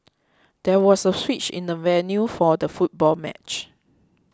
there was a switch in the venue for the football match